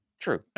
True